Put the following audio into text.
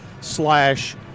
slash